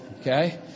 okay